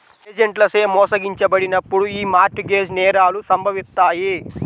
ఏజెంట్లచే మోసగించబడినప్పుడు యీ మార్ట్ గేజ్ నేరాలు సంభవిత్తాయి